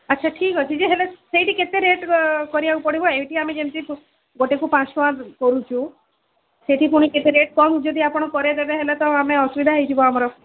ଆଚ୍ଛା ଠିକ୍ ଅଛି ଯେ ହେଲେ ସେଇଠି କେତେ ରେଟ୍ କରିବାକୁ ପଡ଼ିବ ଏଇଠି ଆମେ ଯେମତି ଗୋଟାକୁ ପାଞ୍ଚଟଙ୍କା କରୁଛୁ ସେଠି ପୁଣି କେତେ ରେଟ୍ କ'ଣ ହେଉଛି ଆପଣ ଯଦି କରାଇଦେବେ ହେଲେ ତ ଆମେ ଅସୁବିଧା ହୋଇଯିବ ଆମର